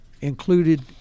included